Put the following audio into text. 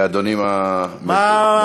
אדוני, מה?